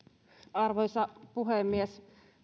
arvoisa puhemies